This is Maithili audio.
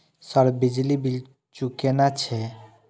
सर बिजली बील चूकेना छे?